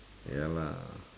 ya lah